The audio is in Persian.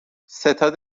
ستاد